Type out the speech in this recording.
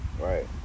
Right